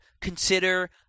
consider